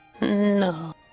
No